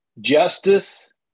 Justice